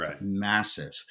massive